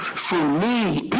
for me,